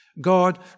God